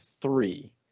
three